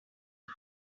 are